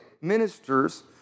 ministers